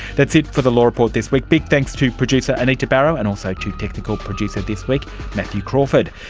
that's it for the law report this week. big thanks to producer anita barraud and also to technical producer this week matthew crawford.